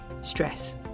stress